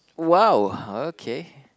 !wow! okay